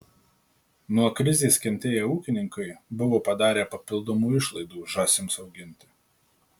nuo krizės kentėję ūkininkai buvo padarę papildomų išlaidų žąsims auginti